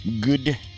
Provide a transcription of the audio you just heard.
Good